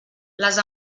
les